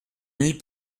nid